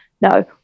No